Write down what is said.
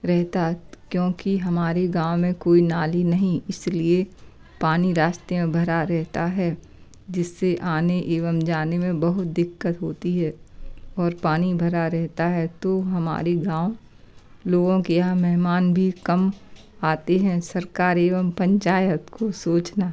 रहता क्योंकि हमारे गाँव में कोई नाली नहीं इस लिए पानी रास्ते में भरा रहता है जिससे आने एवं जाने में बहुत दिक्कत होती है और पानी भरा रहता है तो हमारे गाँव लोगों के यहाँ मेहमान भी कम आते हैं सरकार एवं पंचायत को सोचना